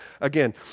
again